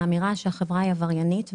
האמירה שהחברה היא עבריינית.